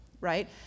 right